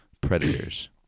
Predators